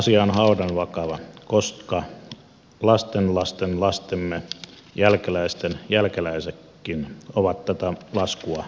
asia on haudanvakava koska lastenlastenlastemme jälkeläisten jälkeläisetkin ovat tätä laskua maksamassa